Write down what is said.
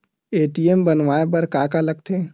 ATM बनवाय बर का का लगथे?